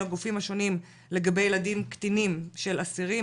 הגופים השונים לגבי ילדים קטינים של אסירים,